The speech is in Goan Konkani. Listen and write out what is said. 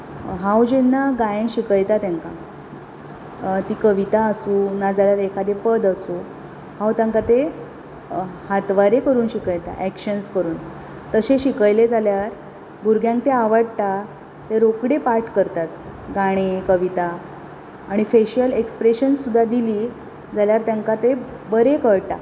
हांव जेन्ना गायन शिकयता तांकां ती कविता आसूं नाजाल्यार एकादें पद आसूं हांव तांकां तें हातवारें करून शिकयतां एक्शन्स करून तशें शिकयलें जाल्यार भुरग्यांक तें आवडटा ते रोकडीं पाट करतात गाणें कविता आनी फेश्यल एक्सप्रेशन सुद्दां दिली जाल्यार तांकां तें बरें कळटा